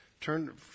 Turn